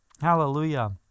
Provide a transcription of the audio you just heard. hallelujah